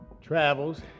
travels